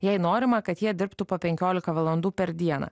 jei norima kad jie dirbtų po penkiolika valandų per dieną